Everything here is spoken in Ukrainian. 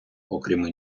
окрім